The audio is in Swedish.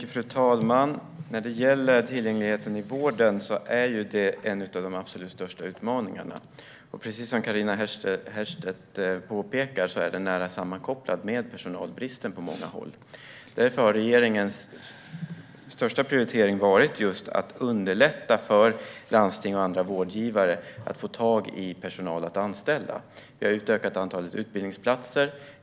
Fru talman! Tillgängligheten i vården är en av de absolut största utmaningarna. Precis som Carina Herrstedt påpekar är den nära sammankopplad med personalbristen på många håll. Därför har regeringens största prioritering varit att underlätta för landsting och andra vårdgivare att få tag i personal att anställa. Vi har utökat antalet utbildningsplatser.